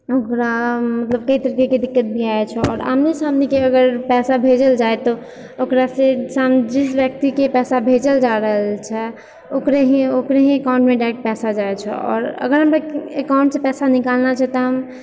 ओकरा मतलब कइ तरीकेके दिक्कत भी आबैत छै आओर आमने सामनेके अगर पैसा भेजल जाए तऽ ओकरा से जिस व्यक्तिके पैसा भेजल जा रहल छै ओकरे ही ओकरे ही एकाउंटमे पैसा जाइत छै आओर अगर हम व्यक्तिगत एकाउंटसँ पैसा निकालना छै तऽ हम